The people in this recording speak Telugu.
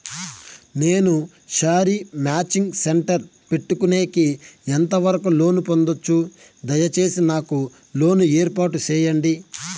నేను శారీ మాచింగ్ సెంటర్ పెట్టుకునేకి ఎంత వరకు లోను పొందొచ్చు? దయసేసి నాకు లోను ఏర్పాటు సేయండి?